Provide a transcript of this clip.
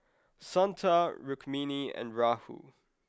Santha Rukmini and Rahul